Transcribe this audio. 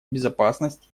безопасность